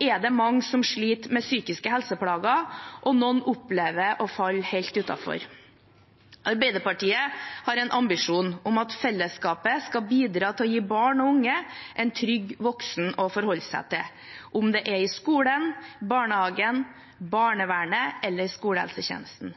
er det mange som sliter med psykiske helseplager, og noen opplever å falle helt utenfor. Arbeiderpartiet har en ambisjon om at fellesskapet skal bidra til å gi barn og unge en trygg voksen å forholde seg til, om det er i skolen, barnehagen, barnevernet eller skolehelsetjenesten.